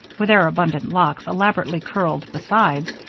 with their abundant locks elaborately curled besides,